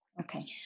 Okay